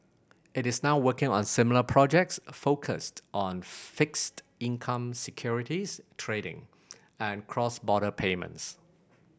it is now working on similar projects focused on fixed income securities trading and cross border payments